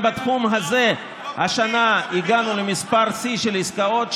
וגם בתחום הזה השנה הגענו למספר שיא של עסקאות,